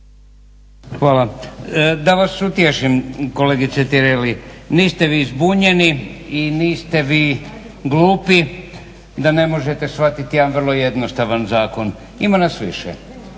Hvala. Da vas utješim kolegice Tireli. Niste vi zbunjeni i niste vi glupi, da ne možete shvatiti jedan vrlo jednostavan zakon. Ima nas više.